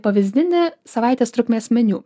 pavyzdinį savaitės trukmės meniu